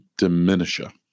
diminisher